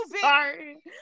sorry